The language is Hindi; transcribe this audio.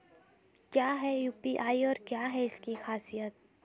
क्या है यू.पी.आई और क्या है इसकी खासियत?